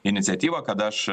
iniciatyva kad aš